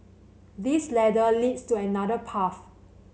this ladder leads to another path